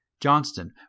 Johnston